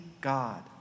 God